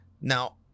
Now